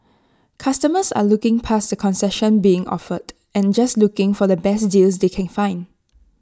customers are looking past the concessions being offered and just looking for the best deals they can find